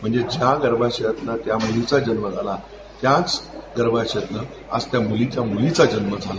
म्हणजे ज्या गर्भाशयातनं त्या मुलीचा जन्म झाला त्याच गर्भाशयातनं आज त्या मुलीच्या मुलीचा जन्म झाला